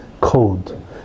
code